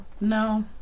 No